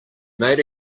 made